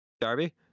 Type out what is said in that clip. Darby